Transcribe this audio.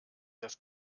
das